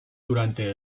durante